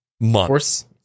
months